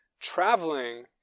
Traveling